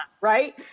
right